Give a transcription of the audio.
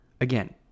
Again